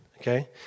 okay